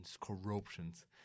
corruptions